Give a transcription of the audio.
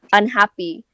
unhappy